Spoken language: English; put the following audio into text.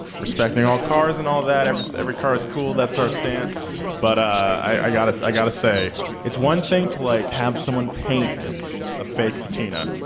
ah respecting all cars and all that. every, every car is cool. that's our stance but i i gotta, i gotta say it's one thing to like have someone paint a fake patina.